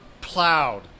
plowed